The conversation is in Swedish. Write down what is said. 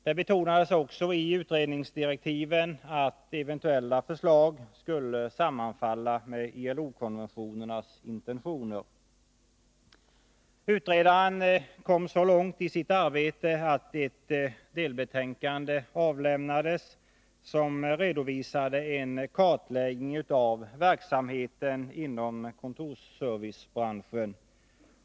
Det betonades också i utredningsdirektiven att eventuella förslag skulle sammanfalla med ILO-konventionernas intentioner. Utredaren kom så långt i sitt arbete att ett delbetänkande avlämnades med en kartläggning av verksamheten inom kontorsservicebranschen.